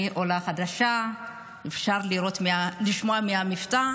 אני עולה חדשה, אפשר לשמוע מהמבטא.